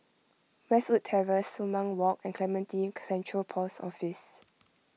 Westwood Terrace Sumang Walk and Clementi Central Post Office